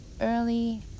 early